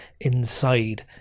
inside